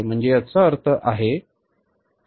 म्हणजे याचा अर्थ काय आहे